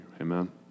Amen